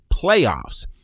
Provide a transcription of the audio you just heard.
playoffs